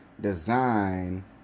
design